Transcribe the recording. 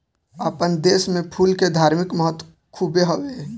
आपन देस में फूल के धार्मिक महत्व खुबे हवे